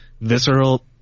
visceral